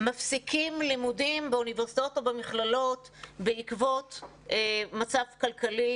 מפסיקים לימודים באוניברסיטאות או במכללות בעקבות מצב כלכלי,